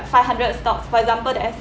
five hundred stocks for example the S~